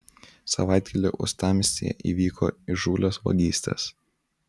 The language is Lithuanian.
savaitgalį uostamiestyje įvyko įžūlios vagystės